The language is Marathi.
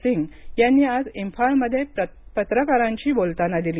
सिंघ यांनी आज इम्फाल मध्ये पत्रकारांशी बोलताना दिली